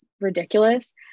ridiculous